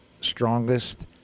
strongest